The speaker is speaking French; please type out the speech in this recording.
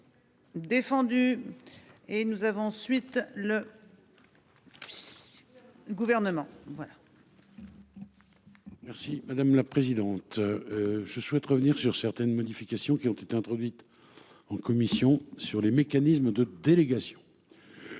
Merci madame la présidente. Je souhaite revenir sur certaines modifications qui ont été introduites en commission sur les mécanismes de délégations.